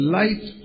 light